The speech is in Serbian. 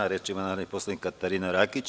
Reč ima narodni poslanik Katarina Rakić.